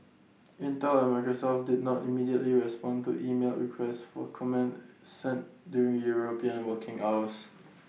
Intel and Microsoft did not immediately respond to emailed requests for comment sent during european working hours